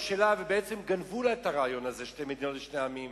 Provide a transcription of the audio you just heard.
שלה ובעצם גנבו לה את רעיון שתי מדינות לשני עמים.